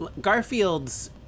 Garfield's